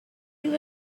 you